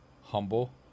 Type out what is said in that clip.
humble